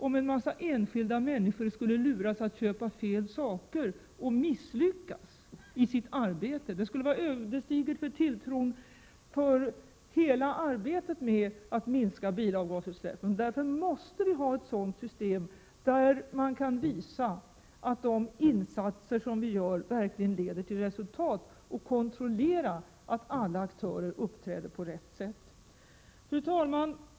Om en mängd enskilda människor skulle luras att köpa fel saker och misslyckas i sitt arbete, så skulle det vara ödesdigert för tilltron till hela arbetet med att minska bilavgasutsläppen. Därför måste vi ha ett system där man kan visa att de insatser som vi gör verkligen leder till resultat, och där man kan kontrollera att alla aktörer uppträder på rätt sätt. Fru talman!